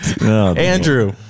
Andrew